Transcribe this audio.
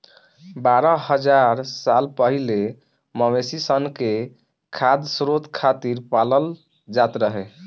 बारह हज़ार साल पहिले मवेशी सन के खाद्य स्रोत खातिर पालल जात रहे